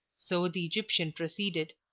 so the egyptian proceeded.